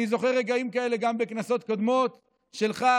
אני זוכר רגעים כאלה גם בכנסות קודמות שלך,